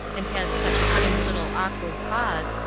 and had such cunning little awkward paws,